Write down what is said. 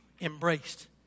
embraced